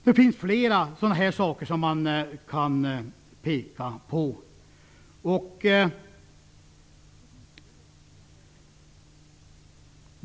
Det finns flera saker att peka på.